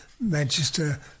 Manchester